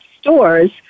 stores